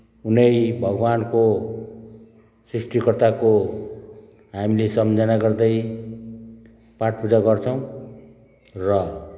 उनै भगवान्को सृष्टिकर्ताको हामीले सम्झना गर्दै पाठ पूजा गर्छौँ र